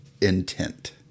intent